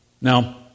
Now